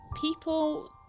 people